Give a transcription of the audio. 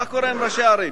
מה קורה עם ראשי הערים.